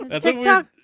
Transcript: TikTok